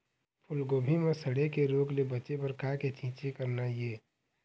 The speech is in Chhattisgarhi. फूलगोभी म सड़े के रोग ले बचे बर का के छींचे करना ये?